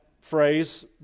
phrase